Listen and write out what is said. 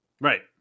right